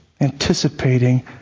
anticipating